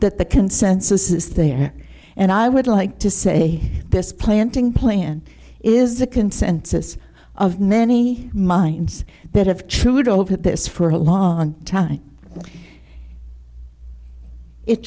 that the consensus is there and i would like to say this planting plan is the consensus of many minds that have trudeau put this for a long time it